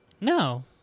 no